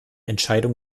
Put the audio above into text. entscheidung